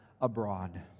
abroad